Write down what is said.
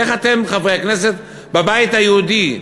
איך אתם, חברי הכנסת של הבית היהודי,